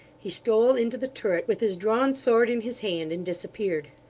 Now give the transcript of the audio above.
he stole into the turret, with his drawn sword in his hand, and disappeared.